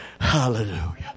hallelujah